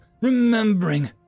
remembering